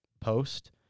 post